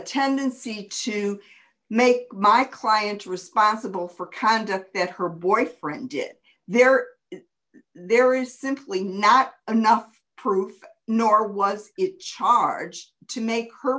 tendency to make my client responsible for conduct that her boyfriend get there there is simply not enough proof nor was it charged to make her